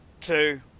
two